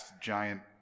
giant